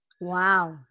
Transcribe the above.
Wow